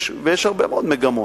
ויש הרבה מאוד מגמות.